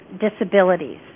disabilities